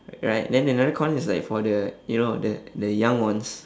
ri~ right then another corner is like for the you know the the young ones